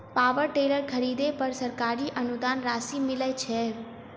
Power tiller खरीदे पर सरकारी अनुदान राशि मिलय छैय?